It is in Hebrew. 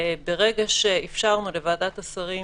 ברגע שאפשרנו לוועדת השרים